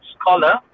scholar